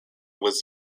was